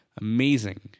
amazing